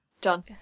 Done